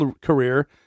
career